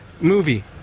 Movie